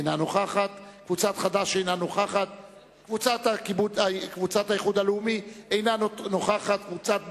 קבוצת חד"ש, קבוצת האיחוד הלאומי, קבוצת בל"ד,